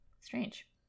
Strange